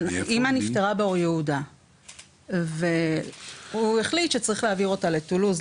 אימא נפטרה באור יהודה והוא החליט שצריך להעביר אותה לטולוז,